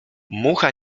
mucha